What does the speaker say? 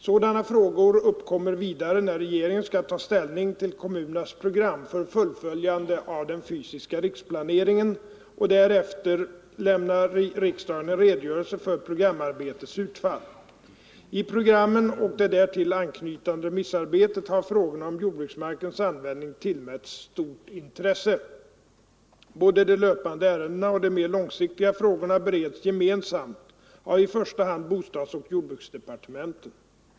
Sådana frågor uppkommer vidare när regeringen skall ta ställning till kommunernas program för fullföljandet av den fysiska riksplaneringen och därefter lämna riksdagen en redogörelse för programarbetets utfall. I programmen och det därtill anknytande remissarbetet har frågorna om jordbruksmarkens användning tillmätts stort intresse. Både de löpande ärendena och de mera långsiktiga frågorna bereds gemensamt av i första hand bostadsoch jordbruksdepartementen.